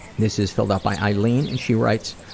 this is filled out by eileen and she writes,